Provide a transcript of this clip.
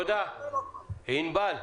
ענבל,